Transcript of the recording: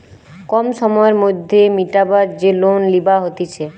কম সময়ের মধ্যে মিটাবার যে লোন লিবা হতিছে